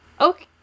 Okay